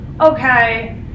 okay